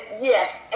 yes